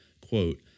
quote